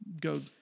Go